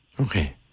Okay